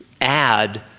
add